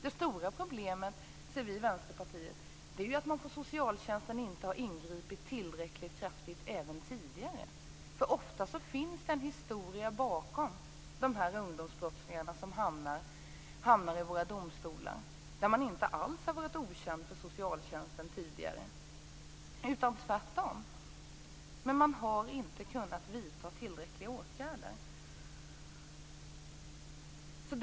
Det stora problemet, anser vi i Vänsterpartiet, är att socialtjänsten inte heller tidigare har ingripit tillräckligt kraftigt. Ofta finns det en historia bakom de ungdomsbrottslingar som hamnar i våra domstolar. De har alls inte varit okända för socialtjänsten tidigare, tvärtom, men man har inte kunnat vidta tillräckliga åtgärder.